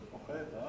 חבר הכנסת דוד רותם.